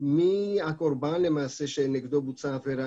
מי הוא למעשה הקורבן נגדו בוצעה העבירה.